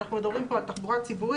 אנחנו מדברים פה על תחבורה ציבורית.